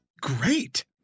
great